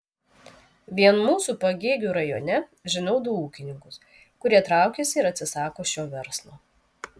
vien mūsų pagėgių rajone žinau du ūkininkus kurie traukiasi ir atsisako šio verslo